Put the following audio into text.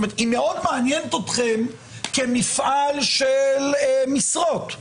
הרבנות מעניינת אתכם כמכרה של משרות,